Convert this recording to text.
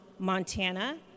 Montana